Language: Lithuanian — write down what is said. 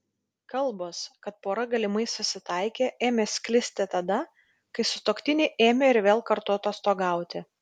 kalbos kad pora galimai susitaikė ėmė sklisti tada kai sutuoktiniai ėmė ir vėl kartu atostogauti